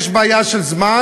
אמרנו: יש בעיה של זמן?